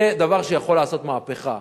זה דבר שיכול לעשות מהפכה.